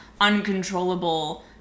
uncontrollable